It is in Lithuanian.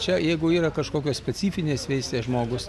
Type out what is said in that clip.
čia jeigu yra kažkokios specifinės veislės žmogus